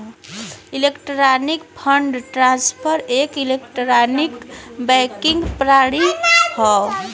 electronic fund transfer एक electronic banking प्रणाली हौ